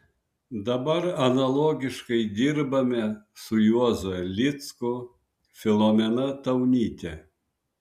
dabar analogiškai dirbame su juozu erlicku filomena taunyte